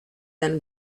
then